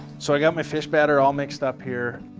so i've got my fish batter all mixed up here.